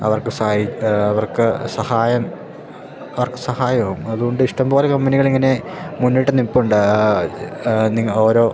അവർക്ക് സഹായി അവർക്ക് സഹായം അവർക്ക് സഹായമാവും അതുകൊണ്ടിഷ്ടംപോലെ കമ്പനികളിങ്ങനെ മുന്നിട്ട് നിൽപ്പുണ്ട് നി ഓരോ